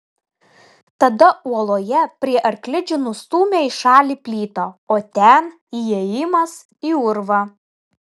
tada uoloje prie arklidžių nustūmė į šalį plytą o ten įėjimas į urvą